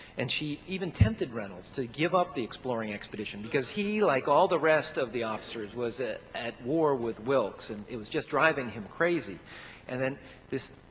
and she even tempted reynolds to give up the exploring expedition because he, like all the rest of the officers, was at war with wilkes and it was just driving him crazy and then this,